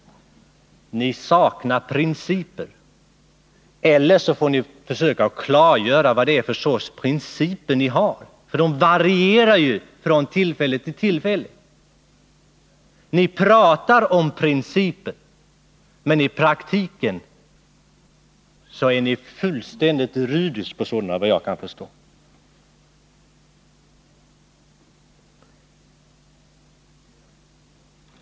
Ni saknar principer, eller också får ni försöka klargöra vad det är för sorts principer ni följer. De varierar ju från det ena tillfället till det andra. Ni talar om principer, men i praktiken är ni rudis när det gäller sådana, efter vad jag kan förstå.